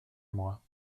moi